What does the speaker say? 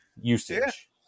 usage